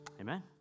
Amen